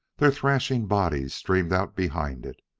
their thrashing bodies streamed out behind it.